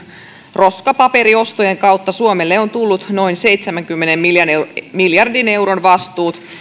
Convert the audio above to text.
roskapaperiostojen kautta suomelle on tullut noin seitsemänkymmenen miljardin miljardin euron vastuut